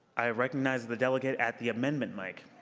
i recognize the delegate at the amendment mic.